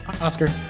Oscar